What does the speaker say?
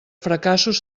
fracassos